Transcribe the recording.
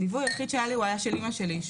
הליווי היחיד שהיה לי של אמא שלי,